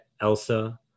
Elsa